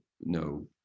no